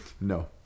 No